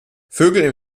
vögel